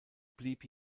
blieb